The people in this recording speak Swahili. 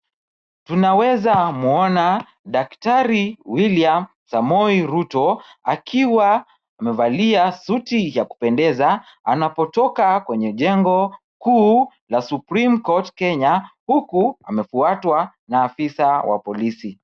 Tunaweza mwona, daktari Wiliam Samoe Ruto, akiwa amevalia suti ya kupendeza. Anapotoka kwenye jengo kuu la Supreme Court Kenya , huku amefuatwa na afisa wa polisi.